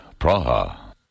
Praha